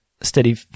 steady